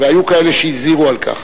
והיו כאלה שהזהירו על כך.